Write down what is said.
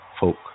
folk